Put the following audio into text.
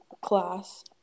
class